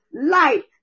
light